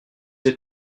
êtes